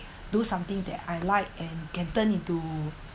do something that I like and can turn into